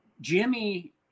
Jimmy